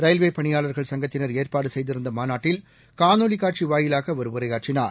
ரயில்வேபணியாளா்கள் சங்கத்தினா் ஏற்பாடுசெய்திருந்தமாநாட்டில் காணொலிகாட்சிவாயிலாகஅவா் உரையாற்றினார்